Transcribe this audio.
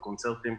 הקונצרטים,